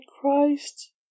Christ